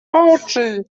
oczy